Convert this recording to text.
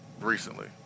recently